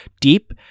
deep